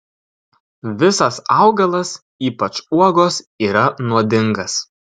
visas augalas ypač uogos yra nuodingas